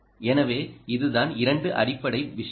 எனவே இதுதான் இரண்டு அடிப்படை விஷயங்கள்